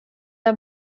are